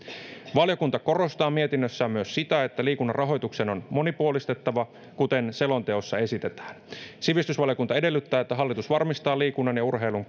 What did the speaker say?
valiokunta korostaa mietinnössään myös sitä että liikunnan rahoitusta on monipuolistettava kuten selonteossa esitetään sivistysvaliokunta edellyttää että hallitus varmistaa liikunnan ja urheilun